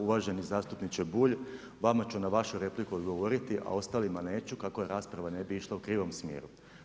Uvaženi zastupniče Bulj, vama ću na vašu repliku odgovoriti, a ostalima neću kako rasprava ne bi išla u krivom smjeru.